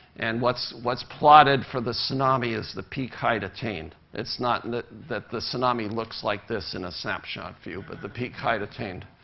and what's what's plotted for the tsunami is the peak height attained. it's not that the tsunami looks like this in a snapshot view, but the peak height attained.